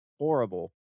horrible